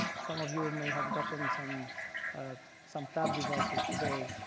some of you and may have gotten some ah some tab devices today.